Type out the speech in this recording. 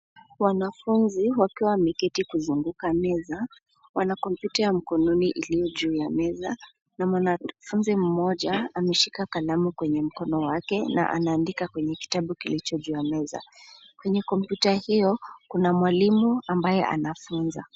Wanafunzi wakiwa wameketi kuzunguka meza wana kompyuta ya mkononi iliyo juu ya meza na mwanafunzi mmoja ameshika kalamu kwenye mkono wake na anaandika kwenye kitabu iliyo juu ya meza. Kwenye kompyuta hiyo kuna mwalimu ambaye anafunza.